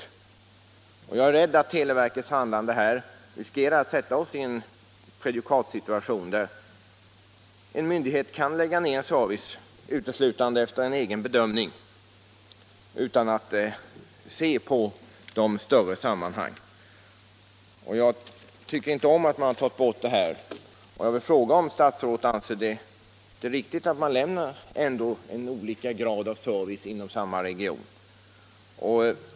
Jag är rädd att det finns risk att televerkets handlande här försätter oss i en prejudikatsituation, så att en myndighet kan dra in en service uteslutande efter sin egen bedömning utan att se till de större sammanhangen. Jag tycker inte om att man har tagit bort denna service. Jag vill fråga om statsrådet anser det riktigt att man lämnar olika grad av service i olika delar av samma region.